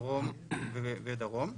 צפון ודרום.